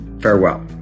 Farewell